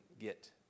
get